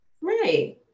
Right